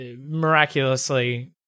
miraculously